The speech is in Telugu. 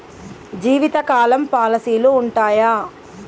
జీవితకాలం పాలసీలు ఉంటయా?